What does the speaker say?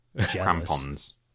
Crampons